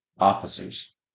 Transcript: Officers